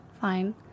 fine